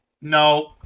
No